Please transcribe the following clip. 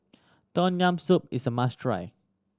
Tom Yam Soup is a must try